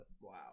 Wow